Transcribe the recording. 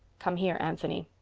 come here, anthony.